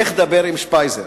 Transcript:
לך דבר עם שפייזר.